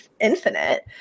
infinite